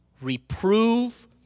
Reprove